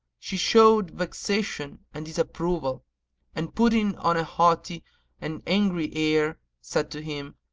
she showed vexation and disapproval and, putting on a haughty and angry air, said to him,